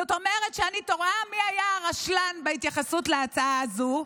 זאת אומרת שאני תוהה מי היה הרשלן בהתייחסות להצעה הזו,